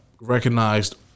recognized